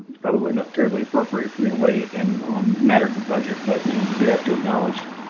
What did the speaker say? probably not terribly appropriate for me to weigh in on matters of budget, but you know you do have to acknowledge.